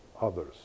others